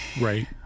right